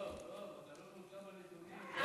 לא, אתה לא מעודכן בנתונים, לא.